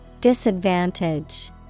Disadvantage